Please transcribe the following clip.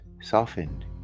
softened